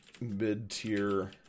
mid-tier